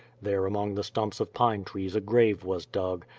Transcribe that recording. there among the stumps of pine trees a grave was dug,